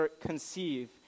conceive